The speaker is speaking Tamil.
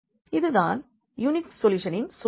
இது தான் யூனிக் சொல்யூஷனின் சூழல்